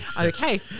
Okay